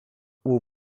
will